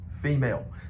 female